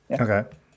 Okay